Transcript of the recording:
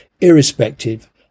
irrespective